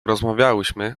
rozmawiałyśmy